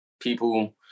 people